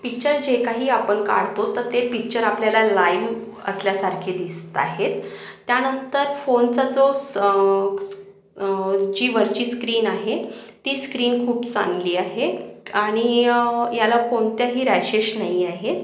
picture जे काही आपण काढतो तर ते पिच्चर आपल्याला लाईव असल्यासारखे दिसत आहेत त्यानंतर फोनचा जो स क्स जी वरची स्क्रीन आहे ती स्क्रीन खूप चांगली आहे आणि याला कोणत्याही रॅशेश नाही आहेत